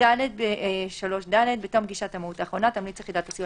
(3)(ד) בתום פגישת המהו"ת האחרונה תמליץ יחידת הסיוע